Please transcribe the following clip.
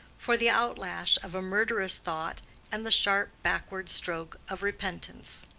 for the outlash of a murderous thought and the sharp backward stroke of repentance.